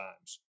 times